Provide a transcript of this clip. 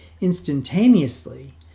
instantaneously